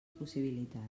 possibilitats